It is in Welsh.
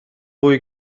fwy